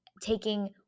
taking